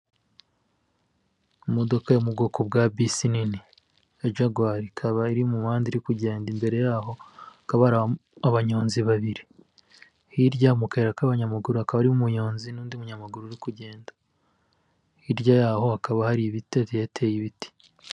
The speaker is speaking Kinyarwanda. Imodoka yo mu bwoko bwa bisi nini ya jagwari. Ikaba iri mu muhanda iri kugenda, imbere yaho hakaba hari abanyonzi babiri. Hirya y'aho mu kayira k'abanyamaguru, hakaba hari umuyonzi n'undi munyamaguru uri kugenda, hirya yaho hakaba hari ibiti, hagiye hateye ibiti.